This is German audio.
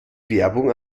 werbung